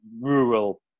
rural